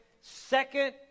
second